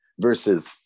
versus